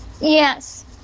Yes